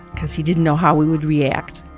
because he didn't know how we would react.